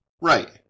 right